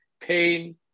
pain